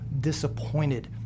disappointed